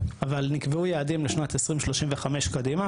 אבל נקבעו יעדים לשנת 2035 קדימה,